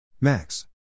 Max